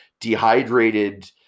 dehydrated